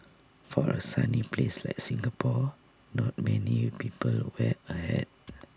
for A sunny place like Singapore not many people wear A hat